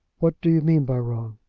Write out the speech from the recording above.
what do you mean by wrong?